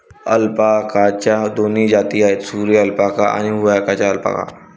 अल्पाकाच्या दोन जाती आहेत, सुरी अल्पाका आणि हुआकाया अल्पाका